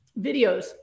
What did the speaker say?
videos